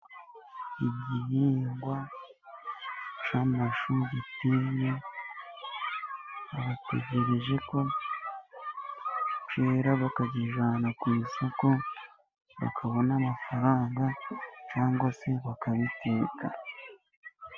Igihingwa cy'amashu giteye, bategereje ko cyera bakakijyana ku isoko bakabona amafaranga, cyangwa se bakagiteka.